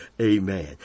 Amen